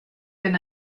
been